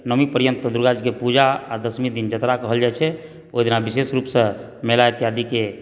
नवमी पर्यन्त दुर्गा जीके पूजा आ दशमी दिन जतरा कहल जाइत छै ओहि दिना विशेष रूपसंँ मेला इत्यादिके